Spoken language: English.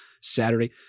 Saturday